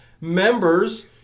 members